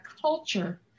culture